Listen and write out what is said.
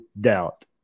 doubt